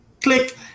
click